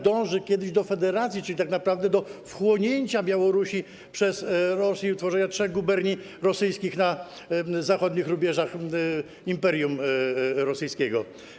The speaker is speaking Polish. Dąży się do federacji, czyli tak naprawdę do wchłonięcia Białorusi przez Rosję i utworzenia trzech guberni rosyjskich na zachodnich rubieżach imperium rosyjskiego.